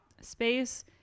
space